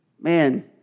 Man